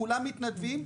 כולם מתנדבים,